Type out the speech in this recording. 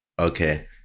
okay